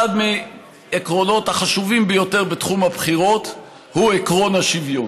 אחד העקרונות החשובים ביותר בתחום הבחירות הוא עקרון השוויון.